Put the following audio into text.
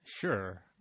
Sure